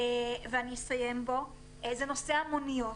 ובו אני אסיים, זה נושא המוניות.